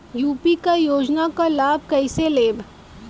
UP क योजना क लाभ कइसे लेब?